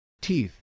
Teeth